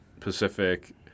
Pacific